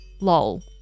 Lol